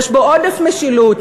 יש בו עודף משילות.